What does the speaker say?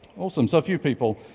awesome. so a few people.